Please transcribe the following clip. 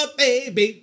baby